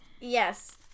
Yes